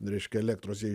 reiškia elektros jei